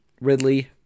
Ridley